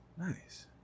Nice